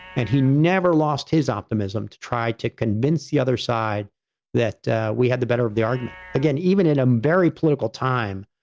and he never lost his optimism to try to convince the other side that we had the better of the argument, again, even in a very political time.